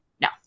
no